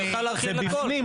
זה בפנים,